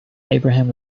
abraham